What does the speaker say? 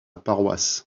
paroisse